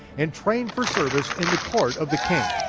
and trained for service in the court of the king.